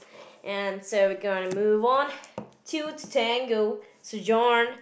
and so we're gonna move on two to tango to John